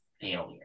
failure